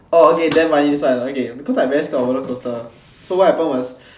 oh okay damn funny this one because I very scared of roller coaster so what happen was